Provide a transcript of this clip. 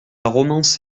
romance